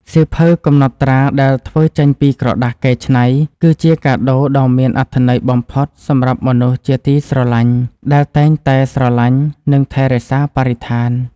សៀវភៅកំណត់ត្រាដែលធ្វើចេញពីក្រដាសកែច្នៃ គឺជាកាដូដ៏មានអត្ថន័យបំផុតសម្រាប់មនុស្សជាទីស្រឡាញ់ដែលតែងតែស្រឡាញ់ និង ថែរក្សាបរិស្ថាន។